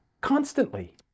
Constantly